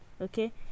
okay